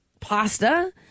pasta